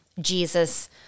Jesus